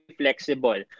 flexible